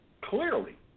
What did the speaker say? clearly